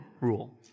rule